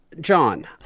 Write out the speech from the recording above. John